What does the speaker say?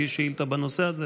הגיש שאילתה בנושא הזה,